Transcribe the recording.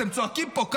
אתם צועקים פה,